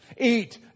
Eat